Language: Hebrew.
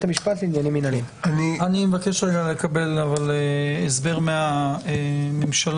המשפט לעניינים מינהליים." אני מבקש לקבל הסבר מהממשלה,